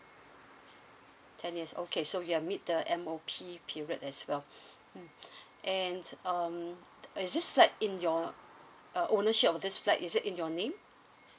ten years okay so you've meet the M_O_P period as well mm and um is this flat in your uh ownership of this flat is it in your name